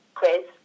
quiz